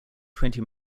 twenty